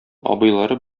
абыйлары